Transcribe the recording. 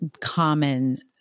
common